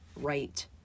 right